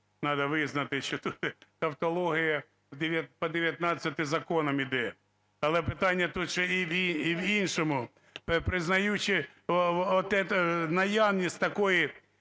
Надо визнати, що тут тавтологія по 19 законам іде. Але питання тут ще і в іншому. Признаючи наявність такої